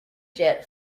jet